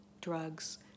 drugs